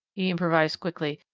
he improvised quickly.